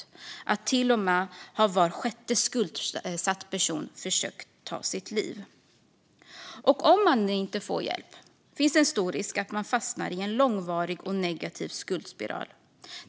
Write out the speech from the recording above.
Var sjätte skuldsatt person har till och med försökt ta sitt liv. Om man inte får hjälp är risken stor att man fastnar i en långvarig och negativ skuldspiral.